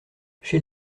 chez